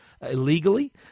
illegally